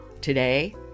Today